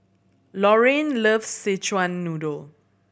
Lorraine loves Szechuan Noodle